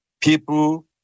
people